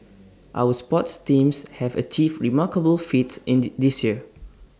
our sports teams have achieved remarkable feats in the this year